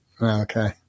Okay